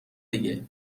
دیگه